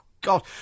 God